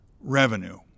revenue